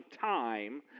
time